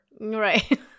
Right